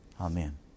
Amen